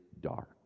dark